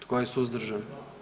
Tko je suzdržan?